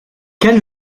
ken